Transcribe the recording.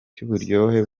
cy’uburyohe